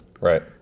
Right